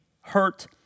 hurt